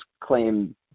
claim